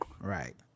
Right